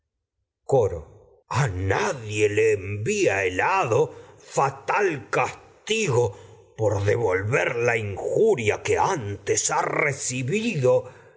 coro a nadie la le envía el hado fatal castigo por devolver injuria que antes ha recibido